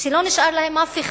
שלא נשאר להם אף אחד,